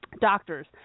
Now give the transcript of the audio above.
doctors